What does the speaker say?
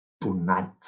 tonight